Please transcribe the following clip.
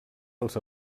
els